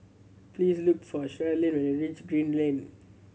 please look for Sharleen when you reach Green Lane